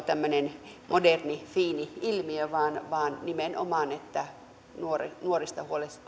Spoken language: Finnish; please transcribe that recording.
tämmöinen moderni fiini ilmiö vaan vaan nimenomaan että nuorista nuorista